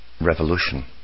Revolution